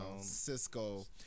Cisco